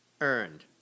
earned